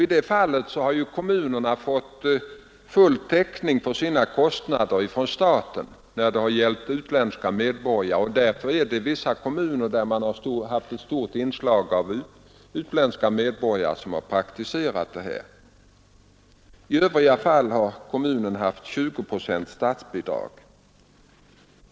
I de fallen har kommunerna fått full täckning för sina kostnader från staten, och därför har vissa kommuner, där man har haft ett stort inslag av utländska medborgare, praktiserat det här systemet. I övriga fall har kommunen haft 20 procents statsbidrag.